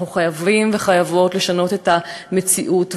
אנחנו חייבים וחייבות לשנות את המציאות,